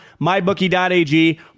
MyBookie.ag